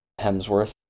Hemsworth